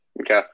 Okay